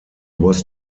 was